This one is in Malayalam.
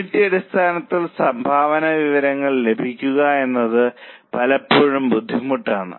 യൂണിറ്റ് അടിസ്ഥാനത്തിൽ സംഭാവന വിവരങ്ങൾ ലഭിക്കുക എന്നത് പലപ്പോഴും ബുദ്ധിമുട്ടാണ്